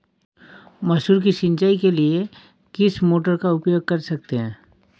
मसूर की सिंचाई के लिए किस मोटर का उपयोग कर सकते हैं?